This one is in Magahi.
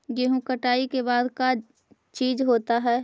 गेहूं कटाई के बाद का चीज होता है?